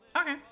Okay